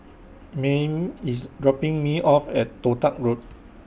Mayme IS dropping Me off At Toh Tuck Road